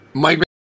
Mike